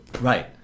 right